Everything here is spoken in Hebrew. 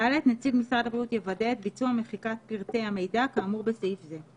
ד) נציג משרד הבריאות יוודא את ביצוע מחיקת פרטי המידע כאמור בסעיף זה.